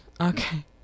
Okay